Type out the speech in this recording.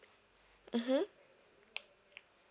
mmhmm